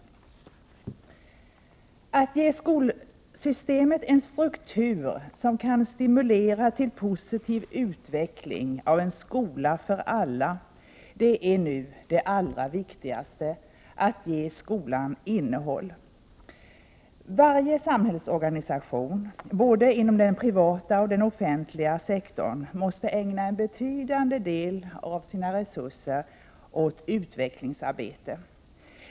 Att ge skolsystemet en struktur som kan stimulera till positiv utveckling av en skola för alla är nu det allra viktigaste — att ge skolan innehåll. Varje samhällsorganisation, inom både den privata och den offentliga sektorn, måste ägna en betydande del av sina resurser åt utvecklingsarbete.